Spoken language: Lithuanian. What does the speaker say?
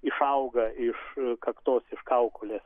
išauga iš kaktos iš kaukolės